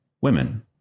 women